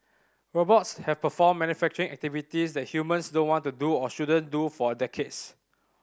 robots have performed manufacturing activities that humans don't want to do or shouldn't do for decades